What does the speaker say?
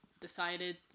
decided